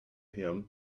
him